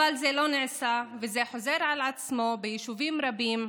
אבל זה לא נעשה, וזה חוזר על עצמו ביישובים רבים,